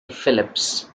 phillips